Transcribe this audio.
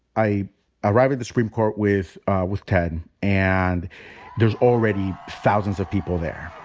i arrive at the supreme court with with ted. and there's already thousands of people there.